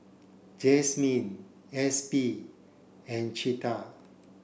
Epsie and Cleda